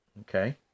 okay